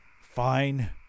Fine